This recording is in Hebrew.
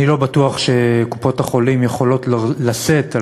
אני לא בטוח שקופות-החולים יכולות לשאת על